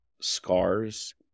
scars